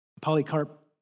Polycarp